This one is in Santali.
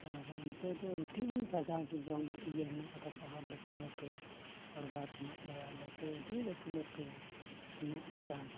ᱟᱨ ᱚᱱᱛᱮ ᱫᱚ ᱟᱹᱰᱤ ᱠᱟᱡᱟᱠ ᱡᱚᱝ ᱤᱭᱟᱹ ᱦᱮᱱᱟᱜ ᱟᱠᱟᱫᱟ ᱯᱟᱦᱟᱲ ᱞᱟᱹᱴᱩ ᱞᱟᱹᱴᱩ ᱯᱚᱨᱵᱚᱛ ᱦᱮᱱᱟᱜ ᱟᱠᱟᱫᱟ ᱞᱟᱹᱴᱩ ᱟᱹᱰᱤ ᱞᱟᱹᱴᱩ ᱞᱟᱹᱴᱩ ᱦᱮᱱᱟᱜ ᱟᱠᱟᱫᱟ